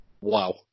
Wow